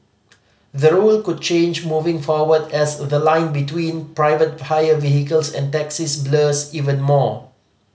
the rule could change moving forward as the line between private hire vehicles and taxis blurs even more